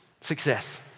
success